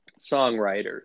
songwriters